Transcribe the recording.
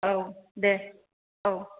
औ दे औ